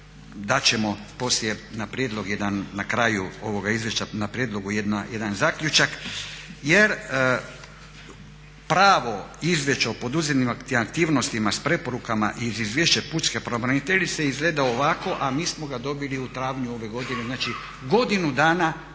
izvješća, na prijedlogu jedan zaključak jer pravo izvješće o poduzetim aktivnostima s preporukama iz izvješća pučke pravobraniteljice izgleda ovako, a mi smo ga dobili u travnju ove godine. Znači, godinu dana